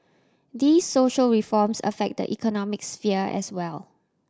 these social reforms affect the economic sphere as well